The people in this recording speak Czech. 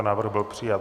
Návrh byl přijat.